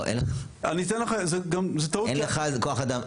אין לך כוח אדם,